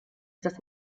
das